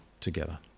together